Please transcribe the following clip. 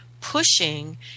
pushing